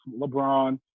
LeBron